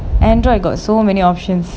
Android got so many options